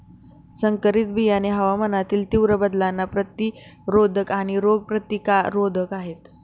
संकरित बियाणे हवामानातील तीव्र बदलांना प्रतिरोधक आणि रोग प्रतिरोधक आहेत